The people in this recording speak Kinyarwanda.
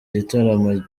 gitaramo